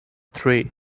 three